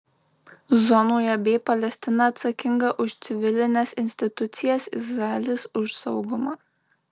zonoje b palestina atsakinga už civilines institucijas izraelis už saugumą